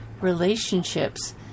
Relationships